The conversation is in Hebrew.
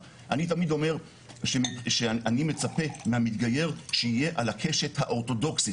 היא נפלה עוד פעם ואז היא נפלה עוד פעם,